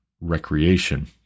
recreation